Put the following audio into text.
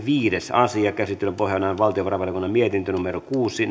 viides asia käsittelyn pohjana on valtiovarainvaliokunnan mietintö kuusi